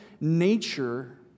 nature